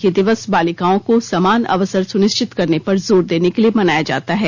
यह दिवस बालिकाओं को समान अवसर सुनिश्चित करने पर जोर देने के लिए मनाया जाता है